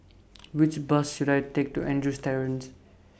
Which Bus should I Take to Andrews Terrace